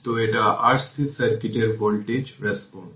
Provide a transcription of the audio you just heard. তো এটা RC সার্কিটের ভোল্টেজ রেসপন্স